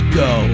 go